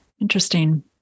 Interesting